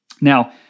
Now